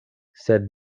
sed